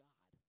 God